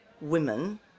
women